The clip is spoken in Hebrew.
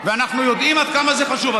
ואנחנו יודעים עד כמה זה חשוב.